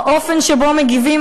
האופן שבו מגיבים,